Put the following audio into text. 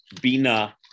bina